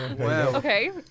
okay